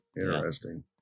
Interesting